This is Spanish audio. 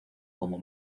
como